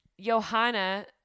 Johanna